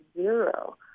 zero